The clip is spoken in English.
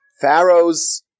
Pharaoh's